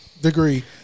degree